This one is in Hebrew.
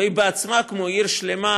והיא בעצמה כמו עיר שלמה